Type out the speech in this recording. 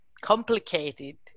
complicated